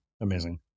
Amazing